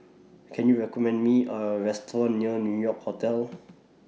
Can YOU recommend Me A Restaurant near New York Hotel